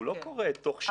הוא לא קורה תוך שנה.